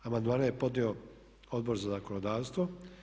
Amandmane je podnio Odbor za zakonodavstvo.